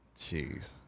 Jeez